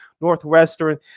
Northwestern